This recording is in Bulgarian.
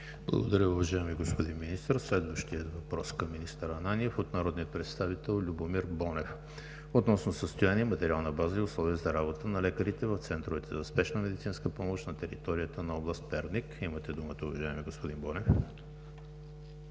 Благодаря, уважаеми господин Министър. Следващият въпрос към министър Ананиев е от народния представител Любомир Бонев относно състояние, материална база и условия за работа на лекарите в Центровете за спешна медицинска помощ на територията на област Перник. Имате думата, уважаеми господин Бонев.